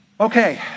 Okay